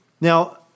Now